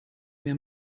mir